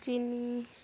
ᱪᱤᱱᱤ